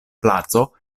placo